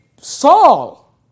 Saul